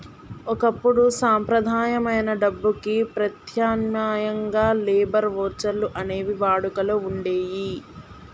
ఒకప్పుడు సంప్రదాయమైన డబ్బుకి ప్రత్యామ్నాయంగా లేబర్ వోచర్లు అనేవి వాడుకలో వుండేయ్యి